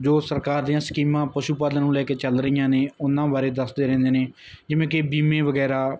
ਜੋ ਸਰਕਾਰ ਦੀਆਂ ਸਕੀਮਾਂ ਪਸ਼ੂ ਪਾਲਣ ਨੂੰ ਲੈ ਕੇ ਚੱਲ ਰਹੀਆਂ ਨੇ ਉਹਨਾਂ ਬਾਰੇ ਦੱਸਦੇ ਰਹਿੰਦੇ ਨੇ ਜਿਵੇਂ ਕਿ ਬੀਮੇ ਵਗੈਰਾ